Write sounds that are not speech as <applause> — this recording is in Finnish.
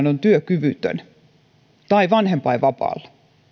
<unintelligible> on työkyvytön tai vanhempainvapaalla